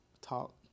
talk